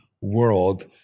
world